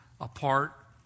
apart